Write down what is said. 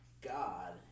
God